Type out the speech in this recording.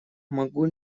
могу